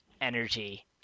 energy